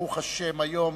ברוך השם, היום,